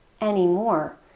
anymore